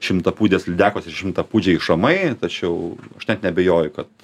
šimtapūdės lydekos ir šimtapūdžiai šamai tačiau aš net neabejoju kad